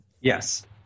Yes